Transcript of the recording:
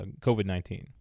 COVID-19